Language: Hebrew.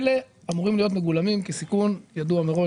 אלה אמורים להיות מגולמים כסיכון ידוע מראש